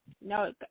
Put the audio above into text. No